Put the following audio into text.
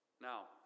now